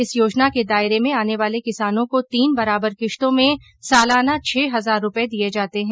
इस योजना के दायरे में आने वाले किसानों को तीन बराबर किस्तों में सालाना छह हजार रूपए दिए जाते हैं